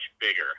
bigger